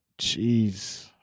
Jeez